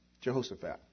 Jehoshaphat